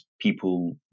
people